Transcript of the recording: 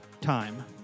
time